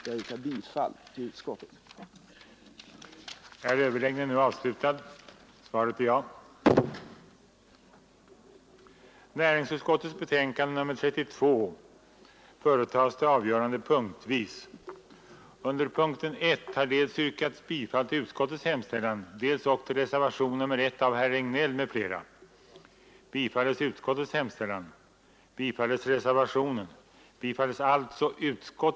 Jag yrkar bifall till utskottets hemställan.